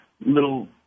little